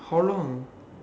how long